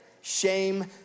Shame